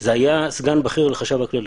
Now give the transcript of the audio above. זה היה סגן בכיר לחשב הכללי.